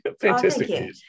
Fantastic